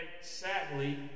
sadly